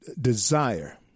desire